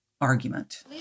argument